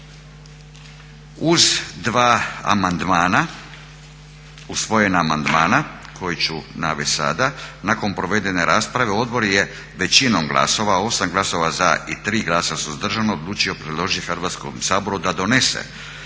Uz dva amandmana usvojena amandmana koja ću navesti sada, nakon provedene rasprave odbor je većinom glasova 8 glasova za i 3 glasa suzdržana odlučio predložiti Hrvatskom saboru da donese